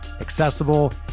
accessible